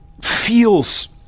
feels